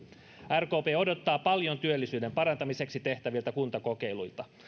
rkp odottaa paljon työllisyyden parantamiseksi tehtäviltä kuntakokeiluilta